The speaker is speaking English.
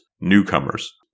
newcomers